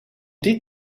die